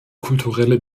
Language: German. kulturelle